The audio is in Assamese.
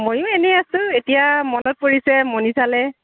ময়ো এনেই আছোঁ এতিয়া মনত পৰিছে মনিষালৈ